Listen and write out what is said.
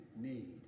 need